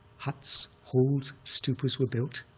huts, halls, stupas were built,